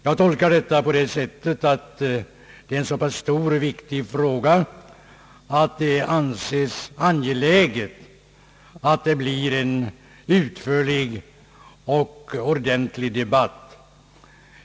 Jag tolkar detta på det sättet, att det här gäller en så stor och viktig fråga att det anses angeläget att vi får en utförlig och ordentlig debatt.